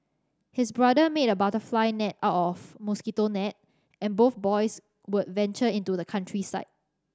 his brother made a butterfly net out of mosquito net and both boys would venture into the countryside